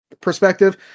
perspective